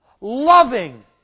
loving